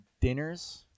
dinners